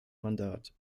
mandat